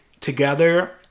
together